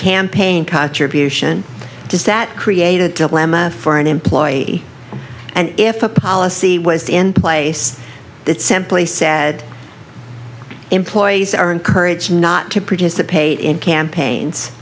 campaign contribution does that create a dilemma for an employee and if a policy was in place that simply said employees are encouraged not to participate in campaigns